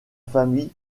famille